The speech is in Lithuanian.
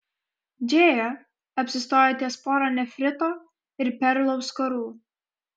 džėja apsistojo ties pora nefrito ir perlų auskarų